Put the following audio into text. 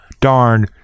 darn